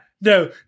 no